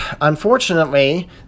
unfortunately